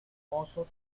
mozo